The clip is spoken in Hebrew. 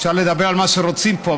אפשר לדבר על מה שרוצים פה,